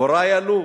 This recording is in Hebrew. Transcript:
הורי עלו